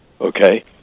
okay